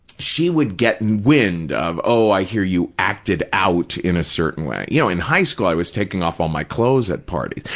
she would get wind of, oh, i hear you acted out in a certain way. you know, in high school i was taking off all my clothes at parties.